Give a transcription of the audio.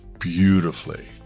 beautifully